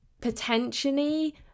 potentially